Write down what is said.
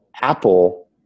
Apple